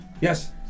Yes